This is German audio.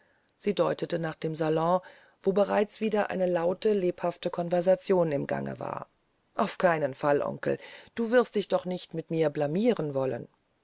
sie deutete nach dem salon wo bereits wieder eine laute lebhafte konversation im gange war auf keinen fall onkel du wirst dich doch nicht so mit mir blamieren wollen